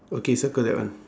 okay circle that one